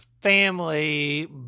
family